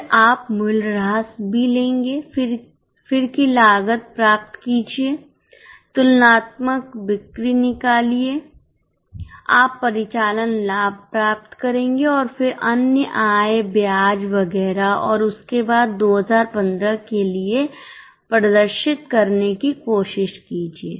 फिर आप मूल्यह्रास भी लेंगे फिर की लागत प्राप्त कीजिए तुलनात्मक बिक्रीनिकालिए आप परिचालन लाभ प्राप्त करेंगे फिर अन्य आय ब्याज वगैरह और उसके बाद 2015 के लिए प्रदर्शित करने की कोशिश कीजिए